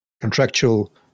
contractual